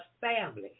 family